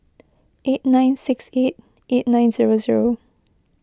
eight nine six eight eight nine zero zero